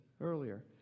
earlier